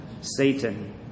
Satan